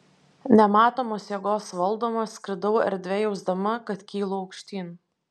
nematomos jėgos valdoma skridau erdve jausdama kad kylu aukštyn